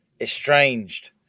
estranged